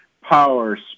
power